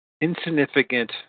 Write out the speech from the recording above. insignificant